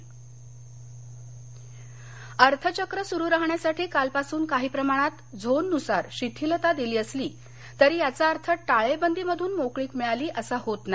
मुख्यमंत्री अर्थचक्र सुरु राहण्यासाठी कालपासून काही प्रमाणात झोन नुसार शिथिलता दिली असली तरी याचा अर्थ टाळेबंदीमधून मोकळीक मिळाली असं नाही